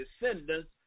descendants